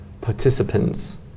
participants